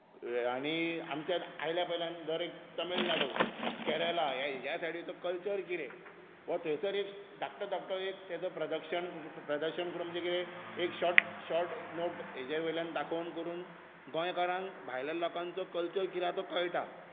आनी आमच्या आयल्या पयल्यान दर एक तमीळनाडू केरला ह्या सायडीचो कल्चर कितें हो थंयसर एक धाकटो धाकटो ताचो प्रदर्शन प्रदर्शन करून म्हणजें कितें एक शॉर्ट शॉर्ट ए ताचे वयल्यान दाखोवन करून गोंयकारांक भायल्या लोकांचो कल्चर कितें आसा तो कळटा